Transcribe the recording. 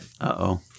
Uh-oh